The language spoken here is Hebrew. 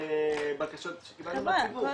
הבקשות שקיבלנו מהציבור